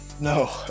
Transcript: No